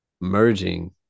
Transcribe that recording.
merging